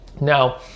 Now